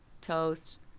toast